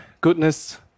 goodness